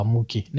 Muki